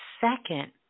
second